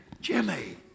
Jimmy